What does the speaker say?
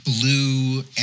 blue